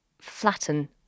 flatten